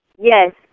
Yes